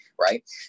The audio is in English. Right